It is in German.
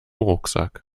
rucksack